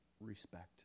respect